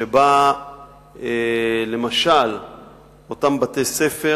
שבה אותם בתי-ספר